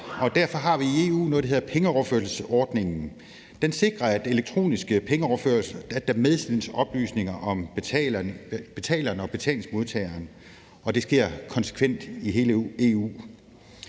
derfor har vi i EU noget, der hedder pengeoverførselsordningen. Den sikrer, at der ved elektroniske pengeoverførsler medsendes oplysninger om betaleren og betalingsmodtageren, og det sker konsekvent i hele EU.